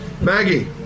Maggie